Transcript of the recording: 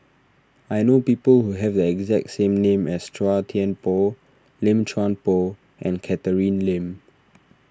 I know people who have the exact same name as Chua Thian Poh Lim Chuan Poh and Catherine Lim